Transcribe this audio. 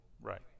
Right